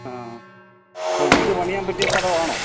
ആ ഇപ്പോൾ വീട് പണിയ്യാൻ പറ്റിയ സ്ഥലം ആണോ